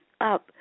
up